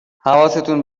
حواستون